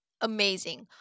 amazing